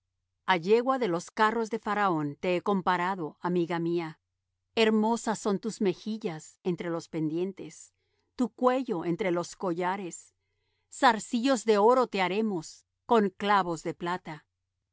pastores a yegua de los carros de faraón te he comparado amiga mía hermosas son tus mejillas entre los pendientes tu cuello entre los collares zarcillos de oro te haremos con clavos de plata